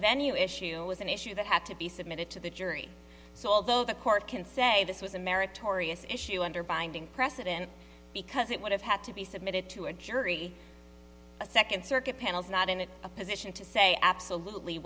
venue issue was an issue that had to be submitted to the jury so although the court can say this was a meritorious issue under binding precedent because it would have had to be submitted to a jury a second circuit panel's not in a position to say absolutely